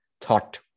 thought